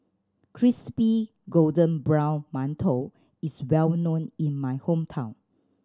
crispy golden brown mantou is well known in my hometown